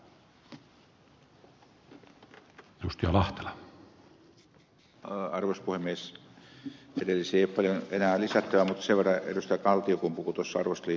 edelliseen ei ole enää paljon lisättävää mutta sen verran kun ed